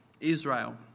Israel